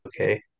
okay